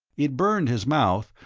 it burned his mouth,